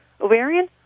ovarian